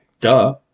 Duh